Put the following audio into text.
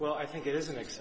well i think it is an